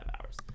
hours